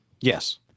Yes